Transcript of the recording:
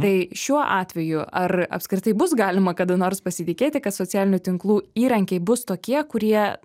tai šiuo atveju ar apskritai bus galima kada nors pasitikėti kad socialinių tinklų įrankiai bus tokie kurie